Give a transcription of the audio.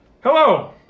Hello